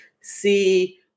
see